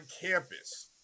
campus